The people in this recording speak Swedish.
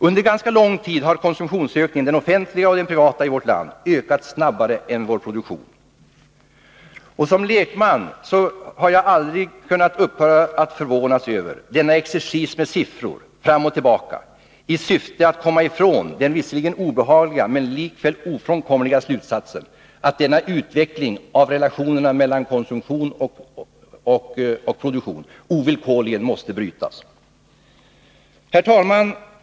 Under ganska lång tid har konsumtionsökningen — den offentliga och den privata — i vårt land ökat snabbare än vår produktion. Som lekman har jag aldrig upphört att förvånas över exercisen med siffror fram och tillbaka i syfte att komma ifrån den visserligen obehagliga men likväl ofrånkomliga slutsatsen, att denna utveckling av relationerna mellan konsumtion och produktion ovillkorligen måste brytas. Herr talman!